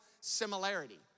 similarity